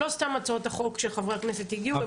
לא סתם הצעות החוק של חברי הכנסת הגיעו.